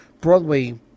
Broadway